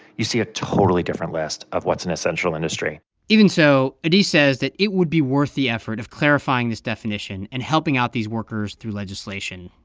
you see a totally different list of what's an essential industry even so, adie says that it would be worth the effort of clarifying this definition and helping out these workers through legislation.